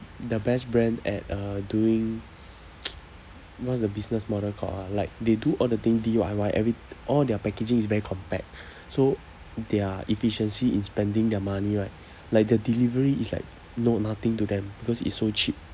the best brand at uh doing what's the business model called ah like they do all the thing D_I_Y every~ all their packaging is very compact so their efficiency in spending their money right like the delivery is like no nothing to them because it's so cheap